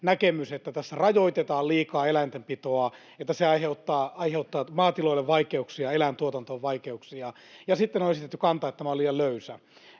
että tässä rajoitetaan liikaa eläintenpitoa, että se aiheuttaa maatiloille vaikeuksia ja eläintuotantoon vaikeuksia, ja sitten on esitetty kanta, että tämä on liian löysä.